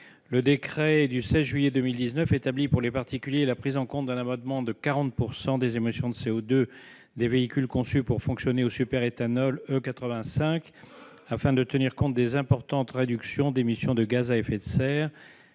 Le décret du 16 juillet 2019 établit pour les particuliers la prise en compte d'un abattement de 40 % des émissions de CO2 des véhicules conçus pour fonctionner au superéthanol E85 afin de tenir compte des importantes réductions d'émissions de gaz à effet de serre